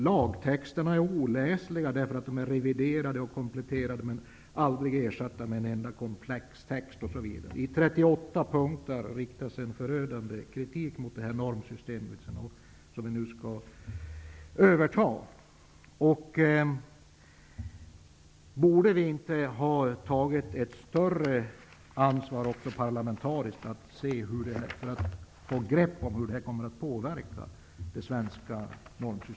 Lagtexterna är oläsliga, eftersom de är reviderade och kompletterade men aldrig har ersatts av en komplett text. I 38 punkter riktas en förödande kritik mot det här normsystemet, som vi nu skall överta. Borde vi inte ha tagit ett större parlamentariskt ansvar för att få grepp om hur det här kommer att påverka det svenska normsystemet?